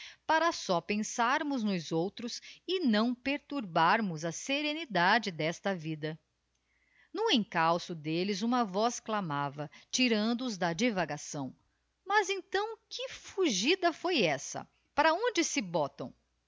para só pensarmos nos outros e não perturbarmos a serenidade d'esta vida no encalço d'elles uma voz clamava tirando-os da divagação mas então que fugida foi essa para onde se botam